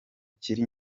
kiri